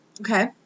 okay